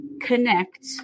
connect